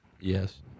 Yes